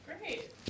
Great